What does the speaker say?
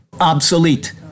obsolete